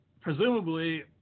presumably